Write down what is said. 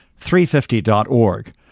350.org